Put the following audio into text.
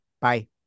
bye